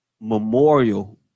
memorial